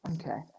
Okay